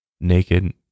naked